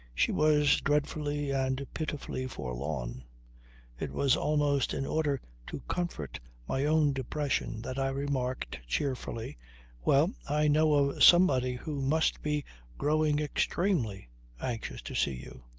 she was dreadfully and pitifully forlorn. it was almost in order to comfort my own depression that i remarked cheerfully well, i know of somebody who must be growing extremely anxious to see you.